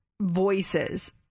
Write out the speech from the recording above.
voices